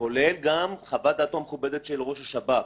כולל גם חוות דעתו המכובדת של ראש השב"כ.